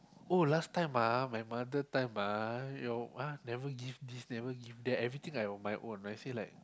oh last time ah my mother time ah your uh never give this never give that everything I on my own I say like